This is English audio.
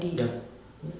yup